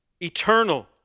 Eternal